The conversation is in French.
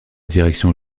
direction